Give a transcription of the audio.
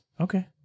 Okay